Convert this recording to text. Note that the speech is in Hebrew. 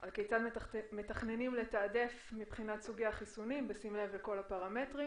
על כיצד מתכננים לתעדף מבחינת סוגי החיסונים בשים לב לכל הפרמטרים,